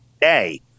day